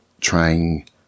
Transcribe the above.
trying